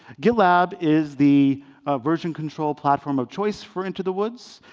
gitlab is the version control platform of choice for into the woods.